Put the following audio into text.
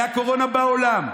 הייתה קורונה בעולם,